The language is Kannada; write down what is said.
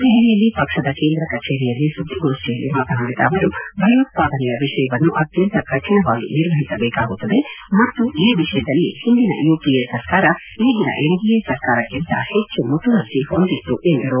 ದೆಹಲಿಯಲ್ಲಿ ಪಕ್ಷದ ಕೇಂದ್ರಕಚೇರಿಯಲ್ಲಿ ಸುದ್ಗೋಷ್ನಿಯಲ್ಲಿ ಮಾತನಾಡಿದ ಅವರು ಭಯೋತ್ವಾದನೆಯ ವಿಷಯವನ್ನು ಅತ್ಯಂತ ಕಠಿಣವಾಗಿ ನಿರ್ವಹಿಸಬೇಕಾಗುತ್ತದೆ ಮತ್ತು ಈ ವಿಷಯದಲ್ಲಿ ಹಿಂದಿನ ಯುಪಿಎ ಸರ್ಕಾರ ಈಗಿನ ಎನ್ಡಿಎ ಸರ್ಕಾರಕ್ಕಿಂತ ಹೆಚ್ಚು ಮುತುವರ್ಜೆ ಹೊಂದಿತ್ತು ಎಂದರು